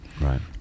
right